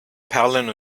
perlen